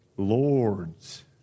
lords